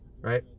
right